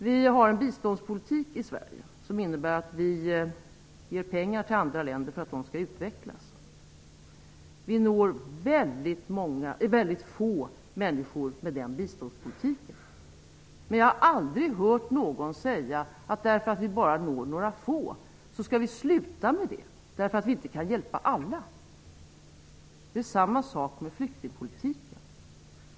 Vi har en biståndspolitik i Sverige som innebär att vi ger pengar till andra länder för att de skall utvecklas. Vi når mycket få människor med den biståndspolitiken. Men jag har aldrig hört någon säga att vi skall sluta att ge pengar, därför att vi bara når några få, därför att vi inte kan hjälpa alla. Det förhåller sig på samma sätt med flyktingpolitiken.